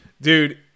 Dude